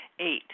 Eight